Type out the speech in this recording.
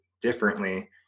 differently